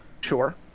Sure